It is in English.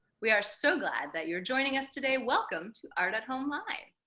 we are so glad that you're joining us today. welcome to art at home live!